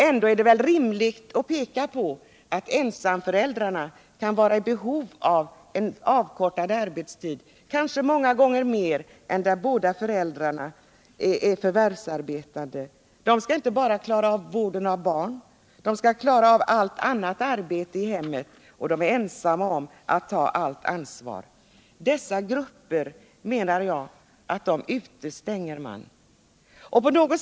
Ändå är det rimligt att peka på att just ensamföräldrarna kan vara i särskilt behov av en avkortad arbetstid — många gånger kanske de har större behov av det än då båda föräldrarna är förvärvsarbetande — på grund av att ensamföräldrarna inte bara skall ägna sig åt vården av sina barn utan också måste klara av allt annat arbete i hemmet — de är ju ensamma om att ta allt ansvar. Dessa grupper utestänger man, menar jag.